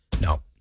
No